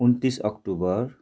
उन्तिस अक्टोबर